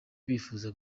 bifuza